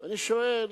ואני שואל